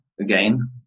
again